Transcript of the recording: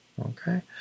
Okay